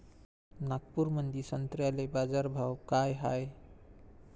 नागपुरामंदी संत्र्याले बाजारभाव काय हाय?